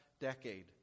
decade